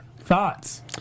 Thoughts